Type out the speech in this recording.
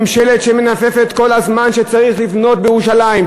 ממשלה שמנפנפת כל הזמן שצריך לבנות בירושלים,